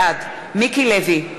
בעד מיקי לוי,